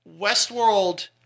Westworld